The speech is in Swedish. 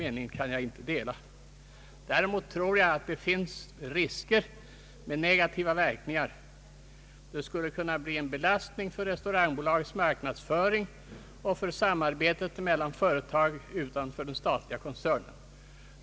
Däremot tror jag att det finns risker för negativa verkningar. Det skulle kunna bli en belastning för Restaurangbolagets marknadsföring och för samarbetet med företag utanför den statliga koncernen.